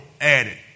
added